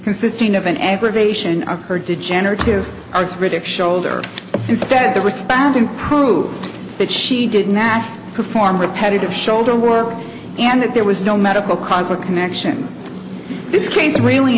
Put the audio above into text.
consisting of an aggravation of her degenerative arthritic shoulder instead the respondent proved that she did not perform repetitive shoulder work and that there was no medical cause or connection this case really